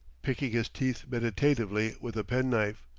picking his teeth meditatively with a pen-knife,